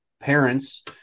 parents